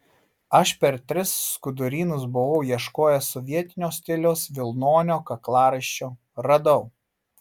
aš per tris skudurynus buvau ieškojęs sovietinio stiliaus vilnonio kaklaraiščio radau